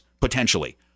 potentially